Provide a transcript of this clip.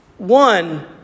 One